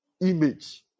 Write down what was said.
Image